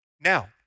now